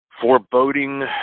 foreboding